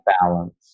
balance